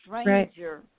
stranger